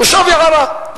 מושב יערה.